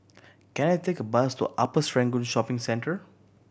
can I take a bus to Upper Serangoon Shopping Centre